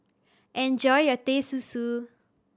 enjoy your Teh Susu